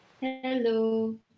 Hello